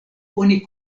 oni